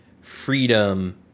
freedom